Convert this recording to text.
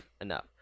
enough